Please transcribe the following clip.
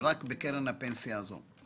רק בקרן הפנסיה הזאת.